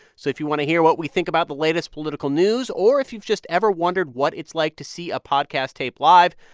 so you want to hear what we think about the latest political news or if you've just ever wondered what it's like to see a podcast taped live,